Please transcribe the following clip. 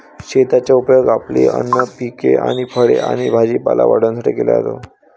शेताचा उपयोग आपली अन्न पिके आणि फळे आणि भाजीपाला वाढवण्यासाठी केला जातो